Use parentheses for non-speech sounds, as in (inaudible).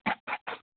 (unintelligible)